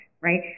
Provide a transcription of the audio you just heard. right